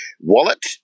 wallet